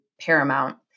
paramount